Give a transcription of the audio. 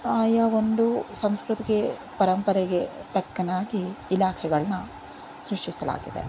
ಆಯಾ ಒಂದು ಸಂಸ್ಕೃತಿಗೆ ಪರಂಪರೆಗೆ ತಕ್ಕನಾಗಿ ಇಲಾಖೆಗಳನ್ನ ಸೃಷ್ಟಿಸಲಾಗಿದೆ